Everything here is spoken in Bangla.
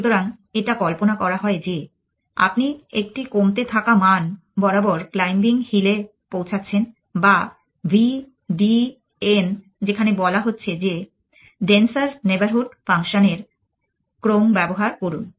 সুতরাং এটা কল্পনা করা হয় যে আপনি একটি কমতে থাকা মান বরাবর ক্লাইম্বিং হিল এ পৌঁছাচ্ছেন বা v d n যেখানে বলা হচ্ছে যে ডেন্সার নেইবরহুড ফাংশন এর ক্রম ব্যবহার করুন